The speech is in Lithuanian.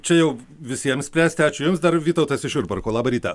čia jau visiems spręsti ačiū jums dar vytautas iš jurbarko labą rytą